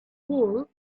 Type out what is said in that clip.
wool